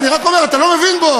לא, אני רק אומר: אתה לא מבין בו,